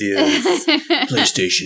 PlayStation